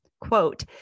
quote